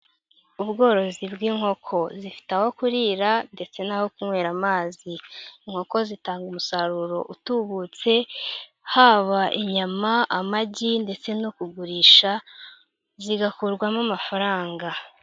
Ubworozi bw'inkoko, zifite aho kurira ndetse n'aho kunywera amazi. Inkoko zitanga umusaruro utubutse, haba inyama, amagi ndetse no kugurisha, zigakurwamo amafaranga.